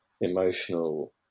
emotional